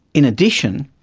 in addition,